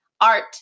art